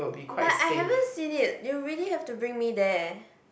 but I haven't seen it you really have to bring me there